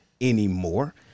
anymore